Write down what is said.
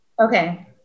Okay